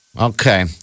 Okay